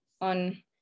on